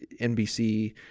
NBC